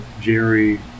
Jerry